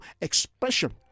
expression